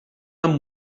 amb